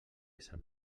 sant